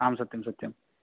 आं सत्यं सत्यम्